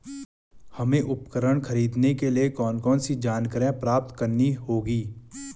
हमें उपकरण खरीदने के लिए कौन कौन सी जानकारियां प्राप्त करनी होगी?